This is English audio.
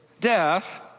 death